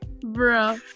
Bro